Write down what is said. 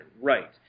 right